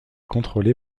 contrôlée